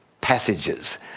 passages